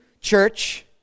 church